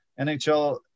NHL